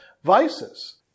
vices